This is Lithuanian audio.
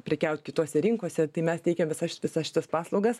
prekiaut kitose rinkose tai mes teikiam visas visas šitas paslaugas